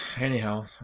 Anyhow